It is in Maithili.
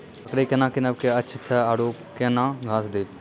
बकरी केना कीनब केअचछ छ औरू के न घास दी?